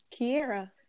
Kiera